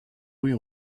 rues